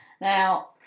Now